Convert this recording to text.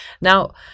Now